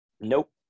nope